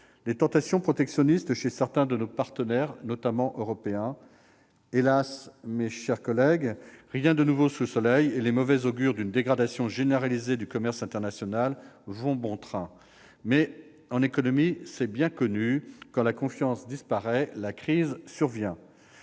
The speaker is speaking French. ; tentations protectionnistes chez certains de nos partenaires, notamment européens. Hélas, mes chers collègues, rien de nouveau sous le soleil, et les mauvais augures d'une dégradation généralisée du commerce international vont bon train. Mais en économie, c'est bien connu, quand la confiance disparaît, la crise survient